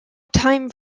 time